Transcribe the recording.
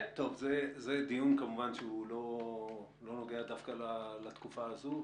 זה דיון שכמובן לא נוגע דווקא לתקופה הזו.